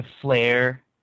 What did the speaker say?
Flare